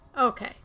Okay